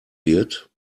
wird